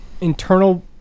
internal